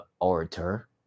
orator